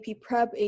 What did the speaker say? prep